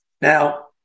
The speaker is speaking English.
Now